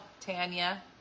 Tanya